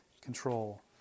control